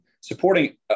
supporting